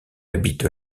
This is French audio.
habite